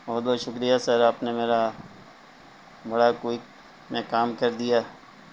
بہت بہت شکریہ سر آپ نے میرا بڑا کوئی میں کام کر دیا